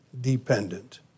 dependent